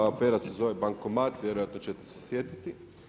Afera se zove bankomat, vjerojatno ćete se sjetiti.